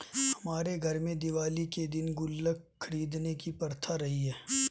हमारे घर में दिवाली के दिन गुल्लक खरीदने की प्रथा रही है